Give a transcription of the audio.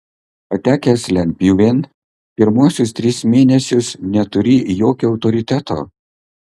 patekęs lentpjūvėn pirmuosius tris mėnesius neturi jokio autoriteto